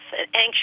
anxious